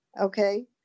Okay